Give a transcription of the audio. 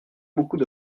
beaucoup